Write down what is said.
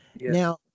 Now